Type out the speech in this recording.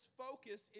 focus